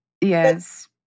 Yes